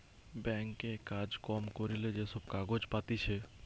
bank এ কাজ কম করিলে যে সব কাগজ পাতিছে